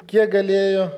kiek galėjo